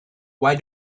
why